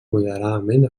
moderadament